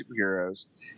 Superheroes